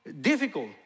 difficult